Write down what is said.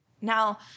Now